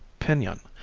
pinion,